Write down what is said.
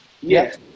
yes